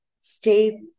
stay